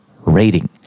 rating